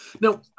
Now